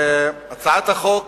הצעת החוק